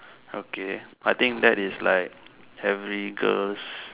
okay I think that is like every girl's